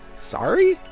sorry?